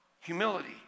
Humility